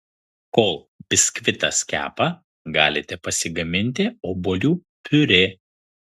kol biskvitas kepa galite pasigaminti obuolių piurė